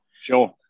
Sure